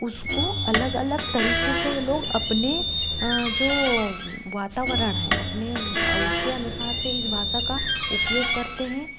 उसको अलग अलग तरीके से ये लोग अपने जो वातावरण है अपने उसके अनुसार से इस भाषा का उपयोग करते हैं